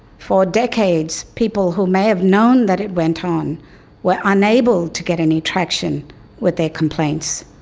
for decades, people who may have known that it went on were unable to get any traction with their complaints.